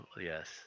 Yes